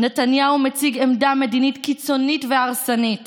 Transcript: נתניהו מציג עמדה מדינית קיצונית והרסנית